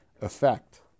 effect